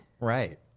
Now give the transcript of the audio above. Right